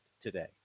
today